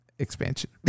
expansion